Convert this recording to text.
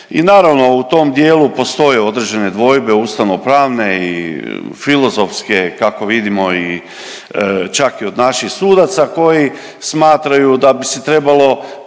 i naravno u tom dijelu postoje određene dvojbe ustavno-pravne i filozofske kako vidimo i čak i od naših sudaca koji smatraju da bi se trebalo